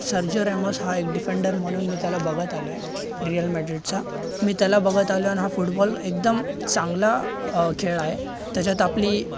Sergey Ramos हा एक defender म्हणून मी त्याला बघत आलो आहे रियल मेद्रिडचा मी त्याला बघत आलो आणि हा फुटबॉल एकदम चांगला खेळ आहे त्याच्यात आपली